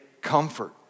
comfort